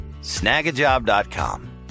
Snagajob.com